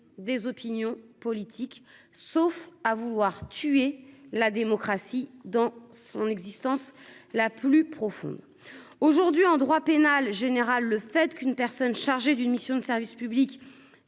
des opinions politiques, sauf à vouloir tuer la démocratie dans son existence la plus profonde aujourd'hui en droit pénal général, le fait qu'une personne chargée d'une mission de service public